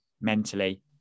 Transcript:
mentally